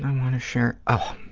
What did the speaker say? want to share? oh.